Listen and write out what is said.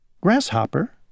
Grasshopper